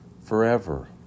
forever